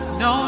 no